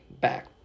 back